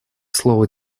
слово